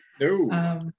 No